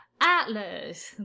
Atlas